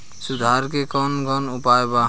सुधार के कौन कौन उपाय वा?